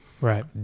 Right